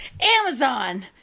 Amazon